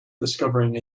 discovering